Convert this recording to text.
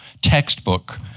textbook